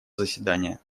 заседания